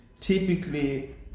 typically